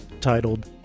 titled